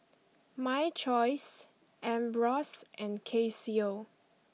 My Choice Ambros and Casio